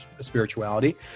spirituality